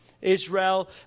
Israel